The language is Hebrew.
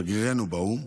שגרירנו באו"ם,